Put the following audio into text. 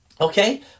okay